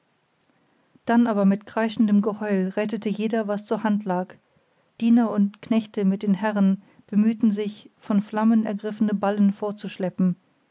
dann aber mit kreischendem geheul rettete jeder was zur hand lag diener und knechte mit den herren bemühten sich von flammen ergriffene ballen